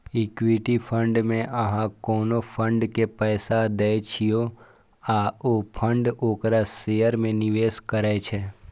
equity fund मे अहां कोनो फंड के पैसा दै छियै आ ओ फंड ओकरा शेयर मे निवेश करै छै